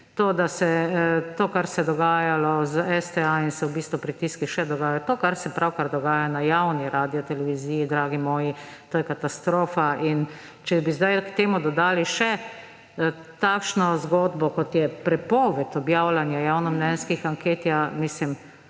To, kar se je dogajalo s STA, in se v bistvu pritiski še dogajajo, to, kar se pravkar dogaja na javni radioteleviziji, dragi moji, to je katastrofa. In če bi zdaj k temu dodali še takšno zgodbo, kot je prepoved objavljanja javnomnenjskih anket, potem